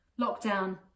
Lockdown